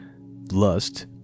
lust